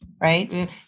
Right